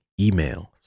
emails